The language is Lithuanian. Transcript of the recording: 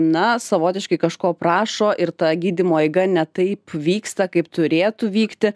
na savotiškai kažko prašo ir ta gydymo eiga ne taip vyksta kaip turėtų vykti